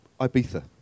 Ibiza